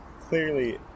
clearly